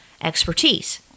expertise